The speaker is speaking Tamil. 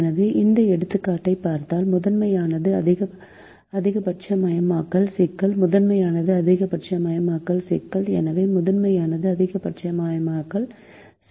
எனவே இந்த எடுத்துக்காட்டைப் பார்த்தால் முதன்மையானது அதிகபட்சமயமாக்கல் சிக்கல் முதன்மையானது அதிகபட்சமயமாக்கல் சிக்கல் எனவே முதன்மையானது அதிகபட்சமயமாக்கல் சிக்கல்